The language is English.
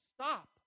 stop